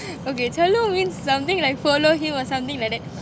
okay challo means something like follow him or something like that